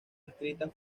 escritas